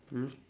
mm